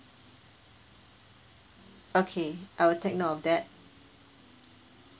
okay I will take note of that